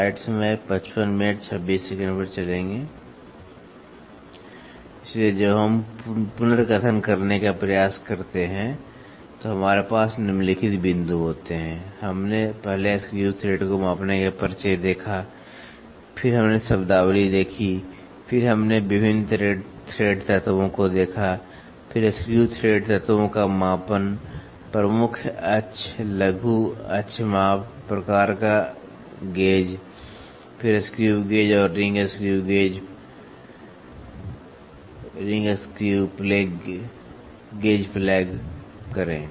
इसलिए जब हम पुनर्कथन करने का प्रयास करते हैं तो हमारे पास निम्नलिखित बिंदु होते हैं हमने पहले स्क्रू थ्रेड को मापने का परिचय देखा फिर हमने शब्दावली देखी फिर हमने विभिन्न थ्रेड तत्वों को देखा फिर स्क्रू थ्रेड तत्वों का मापन प्रमुख अक्ष लघु अक्ष माप प्रकार का गेज फिर स्क्रू गेज और रिंग स्क्रू गेज प्लग करें